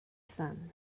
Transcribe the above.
sun